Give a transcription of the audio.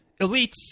elites